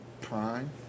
Prime